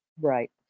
Right